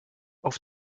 auf